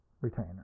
retainer